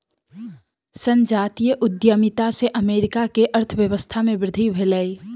संजातीय उद्यमिता से अमेरिका के अर्थव्यवस्था में वृद्धि भेलै